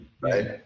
Right